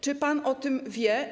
Czy pan o tym wie?